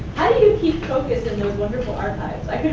how do you keep focus on those wonderful archives? i